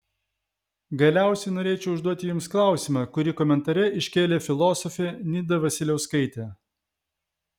galiausiai norėčiau užduoti jums klausimą kurį komentare iškėlė filosofė nida vasiliauskaitė